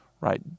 right